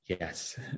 Yes